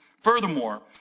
Furthermore